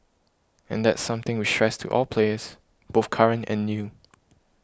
and that's something we stress to all players both current and new